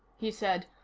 he said.